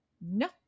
No